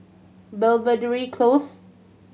Belvedere Close